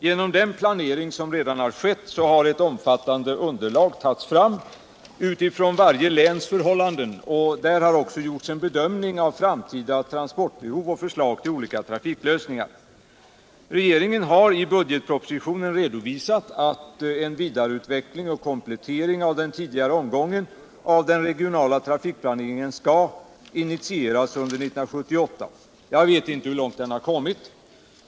Genom den planering som redan har skett har ett omfattande underlag tagits fram utifrån varje läns förhållanden, och däri har också gjorts en bedömning av framtida transportbehov och förslag till olika trafiklösningar. Regeringen har i budgetpropositionen redovisat att en vidareutveckling och komplettering av den tidigare omgången av den regionala trafikplaneringen skall initieras under 1978. Jag vet inte hur långt den har kommit.